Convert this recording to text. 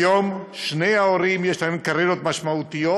כיום, לשני ההורים יש קריירות משמעותיות,